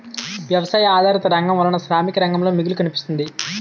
వ్యవసాయ ఆధారిత రంగం వలన శ్రామిక రంగంలో మిగులు కనిపిస్తుంది